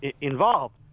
involved